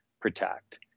protect